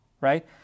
right